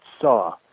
saw